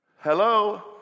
Hello